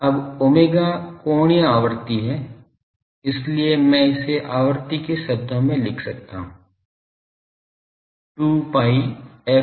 अब omega कोणीय आवृत्ति है इसलिए मैं इसे आवृत्ति के शब्दों में लिख सकता हूं 2 pi f r भाग c